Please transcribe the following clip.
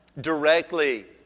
directly